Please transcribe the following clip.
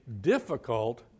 difficult